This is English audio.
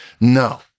no